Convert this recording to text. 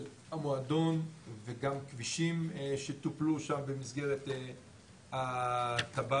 המועדון וגם כבישים שטופלו שם במסגרת התב"רים.